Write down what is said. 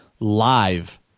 live